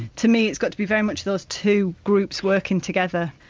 to me, it's got to be very much those two groups working together.